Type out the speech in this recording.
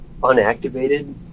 unactivated